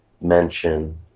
mention